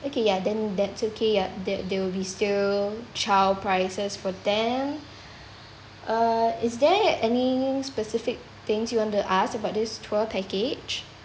okay ya then that's okay ya that there will be still child prices for them uh is there any specific things you want to ask about this tour package